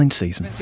season